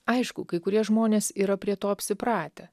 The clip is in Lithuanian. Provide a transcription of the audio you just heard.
aišku kai kurie žmonės yra prie to apsipratę